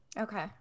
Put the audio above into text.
Okay